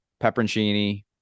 pepperoncini